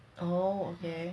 oh okay